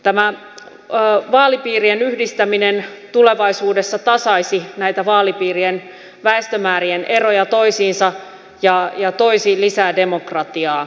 tämä vaalipiirien yhdistäminen tulevaisuudessa tasaisi näitä vaalipiirien väestömäärien eroja toisiinsa ja toisi lisää demokratiaa